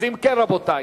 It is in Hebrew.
אם כן, רבותי,